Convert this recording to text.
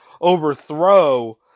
overthrow